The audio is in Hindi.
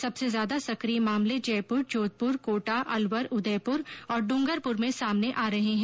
सबसे ज्यादा सक्रिय मामले जयपूर जोधपूर कोटा अलवर उदयपूर और डूंगरपुर में सामने आ रहे है